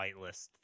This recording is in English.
whitelist